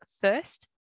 first